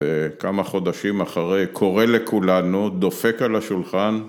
וכמה חודשים אחרי, קורא לכולנו, דופק על השולחן